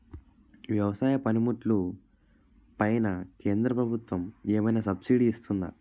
వ్యవసాయ పనిముట్లు పైన కేంద్రప్రభుత్వం ఏమైనా సబ్సిడీ ఇస్తుందా?